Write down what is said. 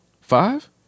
Five